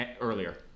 earlier